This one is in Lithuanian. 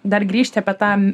dar grįžti apie tą